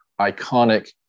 iconic